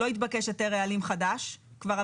לא התבקש היתר רעלים חדש,